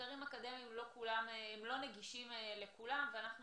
מחקרים אקדמיים לא נגישים לכולם ואנחנו